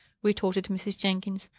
retorted mrs. jenkins.